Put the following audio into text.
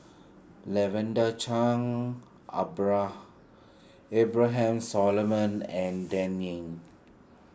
Lavender Chang Abraham Solomon and Dan Ying